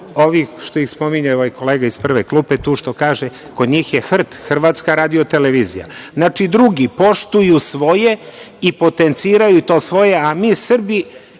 ovih što ih spominje ovaj kolega iz prve klupe, tu što kaže, kod njih je HRT, Hrvatska radio televizija. Znači, drugi poštuju svoje, i potenciraju to svoje, a mi Srbi